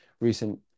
recent